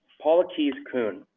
paula keyes kun.